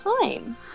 time